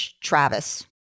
Travis